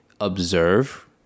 observe